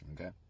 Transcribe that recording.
Okay